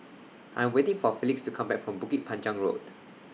I Am waiting For Felix to Come Back from Bukit Panjang Road